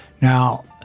Now